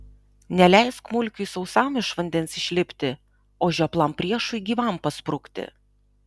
neleisk mulkiui sausam iš vandens išlipti o žioplam priešui gyvam pasprukti